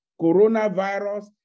coronavirus